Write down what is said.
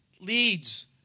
leads